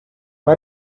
why